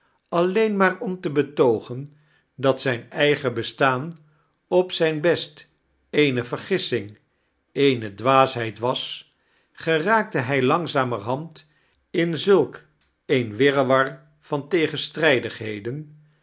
alleen maar om te betoogen dat zijn eigen bestaan op zijn best eene vergissing eene dwaasheid was geraakte hij langzamerhand in zulk een wirrewar van